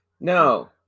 no